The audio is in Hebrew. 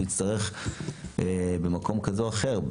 הוא יצטרך במקום כזה או אחר,